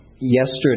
yesterday